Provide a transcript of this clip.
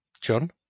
John